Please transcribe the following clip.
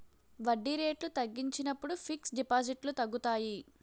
వడ్డీ రేట్లు తగ్గించినప్పుడు ఫిక్స్ డిపాజిట్లు తగ్గుతాయి